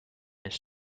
his